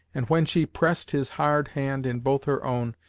and when she pressed his hard hand in both her own,